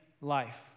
life